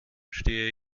stehe